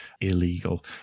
illegal